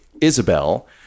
Isabel